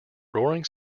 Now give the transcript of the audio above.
roaring